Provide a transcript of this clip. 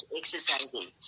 exercising